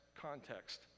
context